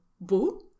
boo